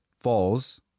falls